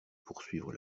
poursuivre